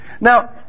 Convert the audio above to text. Now